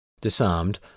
Disarmed